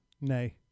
Nay